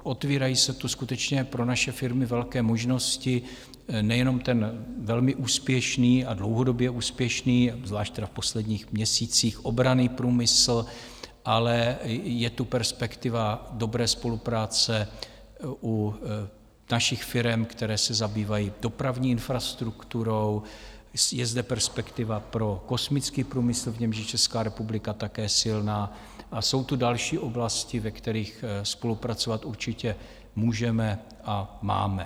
Otvírají se tu skutečně pro naše firmy velké možnosti, nejenom ten velmi úspěšný a dlouhodobě úspěšný zvlášť tedy v posledních měsících obranný průmysl, ale je tu perspektiva dobré spolupráce u našich firem, které se zabývají dopravní infrastrukturou, je zde perspektiva pro kosmický průmysl, v němž je Česká republika také silná, a jsou tu další oblasti, ve kterých spolupracovat určitě můžeme a máme.